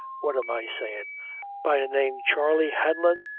what am i sayin' by name charley hanlon?